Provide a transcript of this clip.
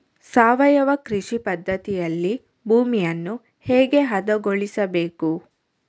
ಸಾವಯವ ಕೃಷಿ ಪದ್ಧತಿಯಲ್ಲಿ ಭೂಮಿಯನ್ನು ಹೇಗೆ ಹದಗೊಳಿಸಬೇಕು?